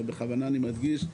ובכוונה אני מדגיש,